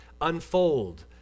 unfold